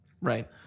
Right